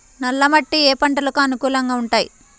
నల్ల మట్టి ఏ ఏ పంటలకు అనుకూలంగా ఉంటాయి?